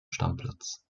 stammplatz